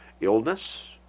Illness